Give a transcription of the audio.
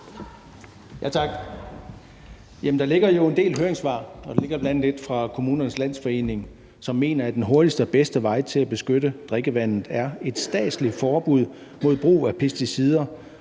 der ligger bl.a. et fra Kommunernes Landsforening, som mener, at »den hurtigste og bedste vej til at beskytte drikkevandet er et statsligt forbud mod brug af pesticider